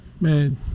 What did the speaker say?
Man